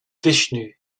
vishnu